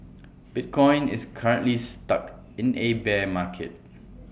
bitcoin is currently stuck in A bear market